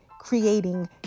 creating